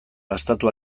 gastatu